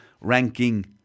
ranking